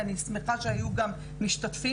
ואני שמחה שהיו גם משתתפים.